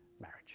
marriage